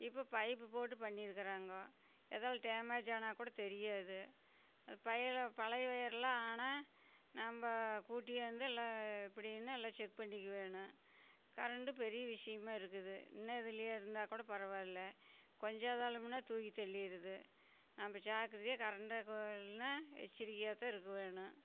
இப்போது பைப்பு போட்டு பண்ணியிருக்கிறாங்கோ ஏதாவுது டேமேஜ் ஆனால் கூட தெரியாது பழைய ஒயர்லாம் ஆனால் நம்ப கூட்டியாந்து எல்லாம் எப்படியின்னு எல்லாம் செக் பண்ணிக்க வேணும் கரெண்ட்டு பெரிய விஷயமாக இருக்குது இன்னும் இதுலியே இருந்தால்கூட பரவாயில்ல கொஞ்சம் காலமுன்னால் தூக்கி தள்ளிடுது நம்ப ஜாக்கிரதையாக கரெண்டை எச்சரிக்கையாகத்தான் இருக்க வேணும்